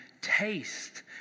taste